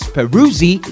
Peruzzi